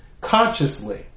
consciously